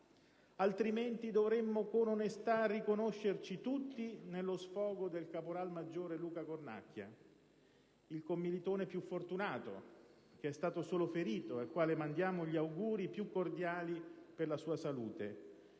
Altrimenti, dovremmo con onestà riconoscerci tutti nello sfogo del caporal maggiore Luca Cornacchia, il commilitone più fortunato, che è stato solo ferito e al quale mandiamo gli auguri più cordiali per la sua salute.